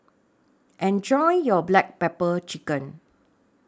Enjoy your Black Pepper Chicken